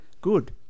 Good